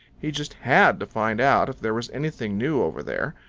he just had to find out if there was anything new over there.